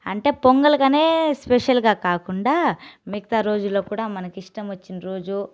అంటే పొంగల్ గానే స్పెషల్గా కాకుండా మిగతా రోజుల్లో కూడా మనకు ఇష్టం వచ్చిన రోజు